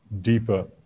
deeper